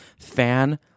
fan